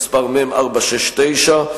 מ/469.